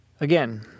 again